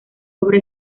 obra